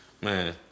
Man